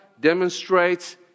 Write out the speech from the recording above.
demonstrates